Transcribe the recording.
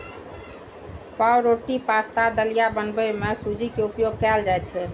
पावरोटी, पाश्ता, दलिया बनबै मे सूजी के उपयोग कैल जाइ छै